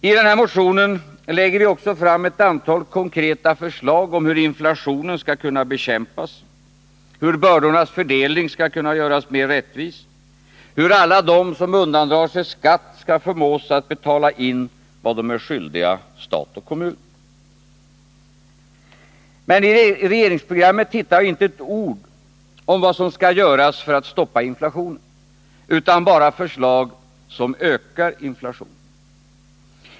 I den här motionen lägger vi också fram ett antal konkreta förslag om hur inflationen skall kunna bekämpas, hur bördornas fördelning skall kunna göras mera rättvis, hur alla de som undandrar sig skatt skall förmås att betala in vad de är skyldiga stat och kommun. Men i regeringsprogrammet hittar vi inte ett ord om vad som skall göras för att stoppa inflationen, utan bara förslag som ökar inflationen.